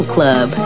Club